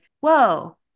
whoa